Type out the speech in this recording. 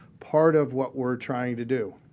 part of what we're trying to do